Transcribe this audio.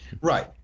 Right